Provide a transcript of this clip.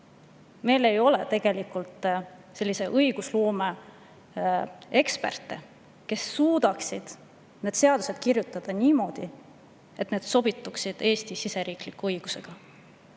Meil ei ole tegelikult selliseid õigusloome eksperte, kes suudaksid need seadused kirjutada niimoodi, et need sobituksid Eesti siseriikliku õigusega. Kahjuks